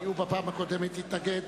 כי בפעם הקודמת הוא התנגד,